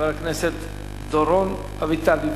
חבר הכנסת דורון אביטל.